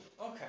Okay